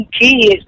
kids